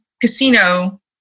casino